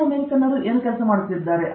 ದಕ್ಷಿಣ ಅಮೆರಿಕನ್ನರು ಏನು ಕೆಲಸ ಮಾಡುತ್ತಿದ್ದಾರೆ